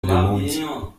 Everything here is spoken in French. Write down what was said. lourdes